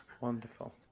Wonderful